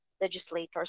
legislators